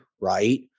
right